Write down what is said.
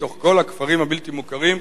מתוך כל הכפרים הבלתי-מוכרים,